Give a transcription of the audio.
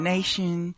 Nation